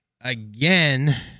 again